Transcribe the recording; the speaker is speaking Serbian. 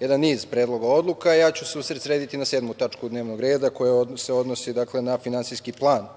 jedan niz predloga odluka, a ja ću se usredsrediti na sedmu tačku dnevnog reda, koja se odnosi na Finansijski plan